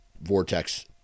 Vortex